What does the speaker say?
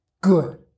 good